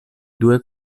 due